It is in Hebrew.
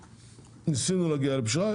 וניסינו להגיע לפשרה,